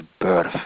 birth